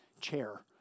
chair